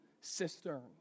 cistern